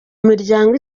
miryango